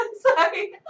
sorry